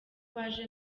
waje